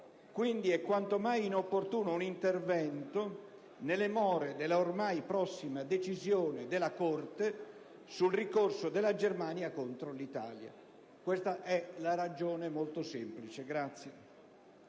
quindi, quanto mai inopportuno un intervento nelle more dell'ormai prossima decisione della Corte sul ricorso della Germania contro l'Italia. Questa è la ragione molto semplice